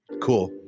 cool